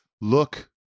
look